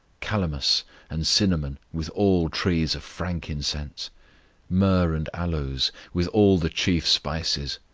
calamus and cinnamon, with all trees of frankincense myrrh and aloes, with all the chief spices.